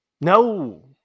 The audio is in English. No